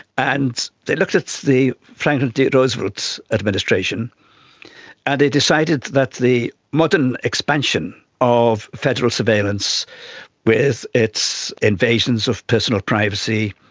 and they looked at the franklin d roosevelt administration and they decided that the modern expansion of federal surveillance with its invasions of personal privacy,